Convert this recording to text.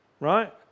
right